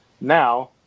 Now